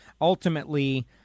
ultimately